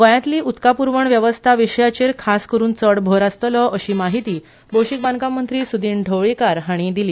गोयातली अदका प्रवण वेवस्था विंशयाचेंर खास करून चड भर आसतलो अशी म्हायती भौशिक बांदकाम मंत्री सुदीन ढवळीकार हाणी दिली